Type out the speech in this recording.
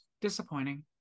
disappointing